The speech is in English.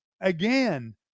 again